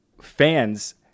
fans